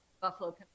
buffalo